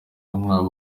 umwaka